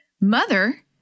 Mother